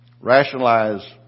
Rationalize